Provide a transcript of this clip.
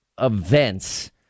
events